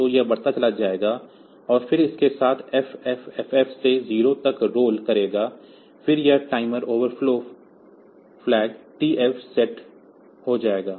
तो यह बढ़ता चला जाएगा और फिर इसके साथ FFFF से 0 तक रोल करेगा फिर यह timer overflow flag TF set हो जाएगा